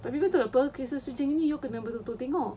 tapi betul apa cases macam gini kena betul-betul tengok